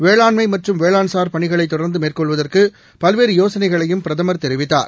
வேளாண்மைமற்றம் மற்றும் வேளாண்சாா் பணிகளைதொடர்ந்தமேற்கொள்வதற்குபல்வேறுயோசனைகளையும் பிரதமர் தெரிவித்தார்